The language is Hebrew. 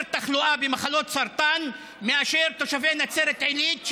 תחלואה במחלות סרטן מאשר לתושבי נצרת עילית,